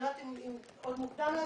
אני לא יודעת אם זה מוקדם להגיד,